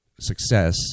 success